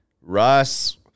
Russ